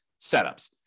setups